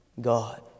God